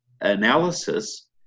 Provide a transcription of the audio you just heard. analysis